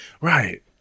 Right